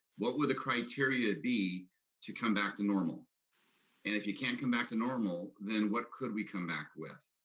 what would the criteria be to come back to normal? and if you can't come back to normal, then what could we come back with?